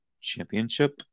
Championship